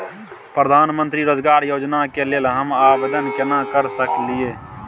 प्रधानमंत्री रोजगार योजना के लेल हम आवेदन केना कर सकलियै?